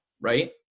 right